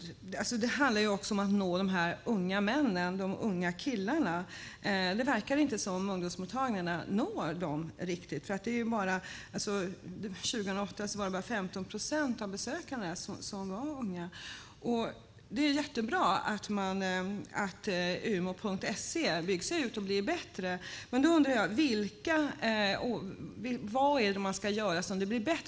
Det handlar också om att nå de unga männen, de unga killarna, då det verkar som om ungdomsmottagningarna inte når dem. År 2008 var bara 15 procent av besökarna unga män. Det är jättebra att Umo.se ser ut att bli bättre. Men då undrar jag: Vad är det man ska göra så att det blir bättre?